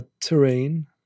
terrain